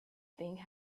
thing